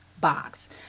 box